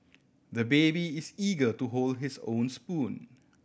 the baby is eager to hold his own spoon